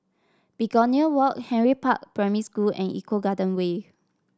Begonia Walk Henry Park Primary School and Eco Garden Way